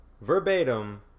verbatim